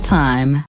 time